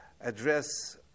address